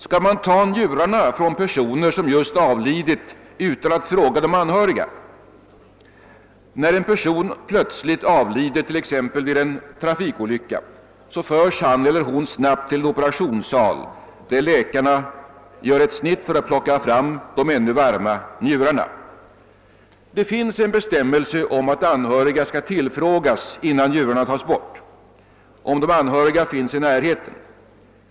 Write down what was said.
Skall man ta njurarna från personer som just avlidit utan att fråga de anhöriga? När en person plötsligt avlider — t.ex. vid en trafikolycka — förs han eller hon snabbt till en operationssal, där läkarna gör ett snitt för att plocka fram de ännu varma njurarna. Det finns en bestämmelse om att de anhöriga — om dessa befinner sig i närheten — skall tillfrågas innan njurarna tas bort.